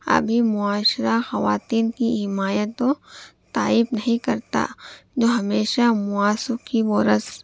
ابھی معاشرہ خواتین کی حمایت و تائید نہیں کرتا جو ہمیشہ و رسم